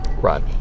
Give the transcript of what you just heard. right